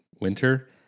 winter